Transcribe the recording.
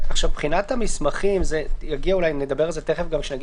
מבחינת המסמכים נדבר על זה תיכף גם כשנגיע